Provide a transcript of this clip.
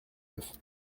neuf